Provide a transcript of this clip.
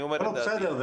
לא, זה בסדר.